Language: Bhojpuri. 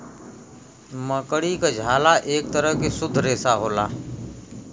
मकड़ी क झाला एक तरह के शुद्ध रेसा होला